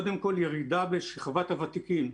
קודם כול ירידה בשכבת הוותיקים.